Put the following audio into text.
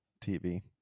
tv